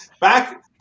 Back